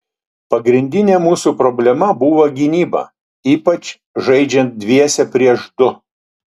pagrindinė mūsų problema buvo gynyba ypač žaidžiant dviese prieš du